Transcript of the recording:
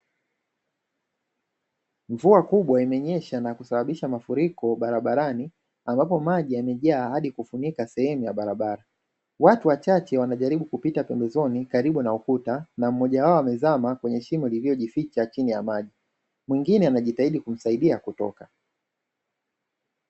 Mvua kubwa imenyesha na kusababisha mafuriko barabarani ambapo maji yamejaa hadi kufunika sehemu ya barabara. Watu wachache wanajaribu kupita pembezoni karibu na ukuta na mmoja wao amezama kwenye shimo lililojificha chini ya maji, mwingine anajitahidi kumsaidia kutoka.